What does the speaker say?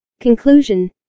Conclusion